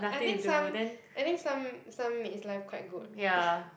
I think some I think some some maid's life quite good